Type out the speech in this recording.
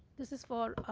this is for